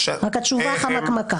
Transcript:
רק התשובה חמקמקה.